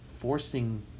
forcing